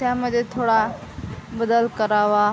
त्यामध्ये थोडा बदल करावा